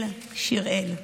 של שיראל.